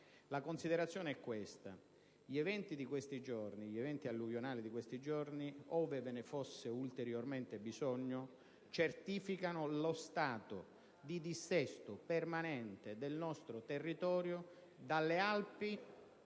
La considerazione è la seguente: gli eventi alluvionali di questi giorni, ove ve ne fosse ulteriormente bisogno, certificano lo stato di dissesto permanente del nostro territorio, dalle Alpi